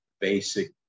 basic